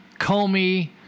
Comey